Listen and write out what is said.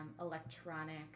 electronic